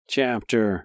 Chapter